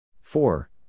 Four